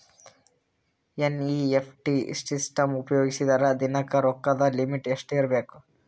NEFT system ಉಪಯೋಗಿಸಿದರ ದಿನದ ರೊಕ್ಕದ ಲಿಮಿಟ್ ಎಷ್ಟ ಇರಬೇಕು?